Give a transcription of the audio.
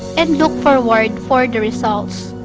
and look forward for the results.